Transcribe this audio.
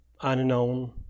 unknown